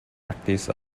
practice